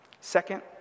Second